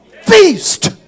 feast